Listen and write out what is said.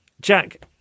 Jack